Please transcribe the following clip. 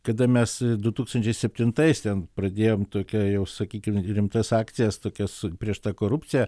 kada mes du tūkstančiai septintais ten pradėjom tokią jau sakykim rimtas akcijas tokias prieš tą korupciją